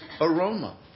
aroma